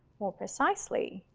more precisely,